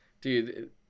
dude